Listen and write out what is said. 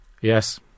yes